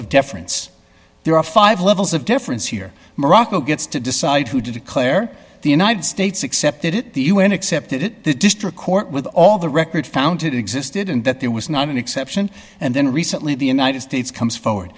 of difference there are five levels of difference here morocco gets to decide who declare the united states accepted it the un accepted it the district court with all the record found it existed and that there was not an exception and then recently the united states comes forward